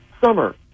summer